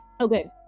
Okay